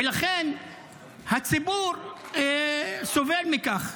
ולכן הציבור סובל מכך: